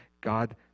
God